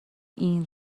این